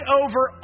over